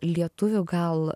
lietuvių gal